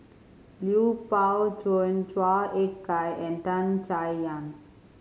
Lui Pao Chuen Chua Ek Kay and Tan Chay Yan